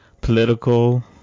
political